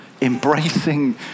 embracing